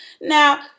Now